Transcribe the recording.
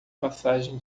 passagem